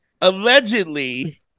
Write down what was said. Allegedly